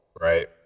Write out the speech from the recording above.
Right